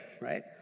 right